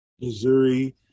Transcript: Missouri